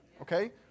Okay